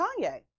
Kanye